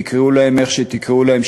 תקראו להם איך שתקראו להם,